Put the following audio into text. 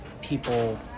people